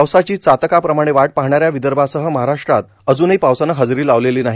पावसाची चातकाप्रमाणे वाट पाहणाऱ्या विदर्भासह महाराष्ट्रात ही अजून पावसानं हजेरी लावली नाही